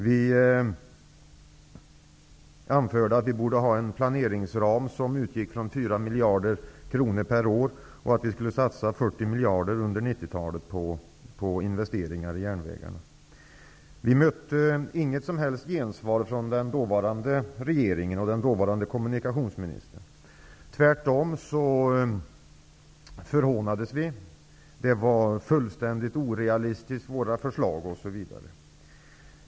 Vi anförde att planeringsramen borde utgå från 4 miljarder kronor per år, och att 40 miljarder skulle satsas på investeringar i järnvägarna under 90-talet. Vi mötte inget som helst gensvar från den dåvarande regeringen och den dåvarande kommunikationsministern. Tvärtom förhånades vi. Man sade att våra förslag var fullständigt orealistiska osv.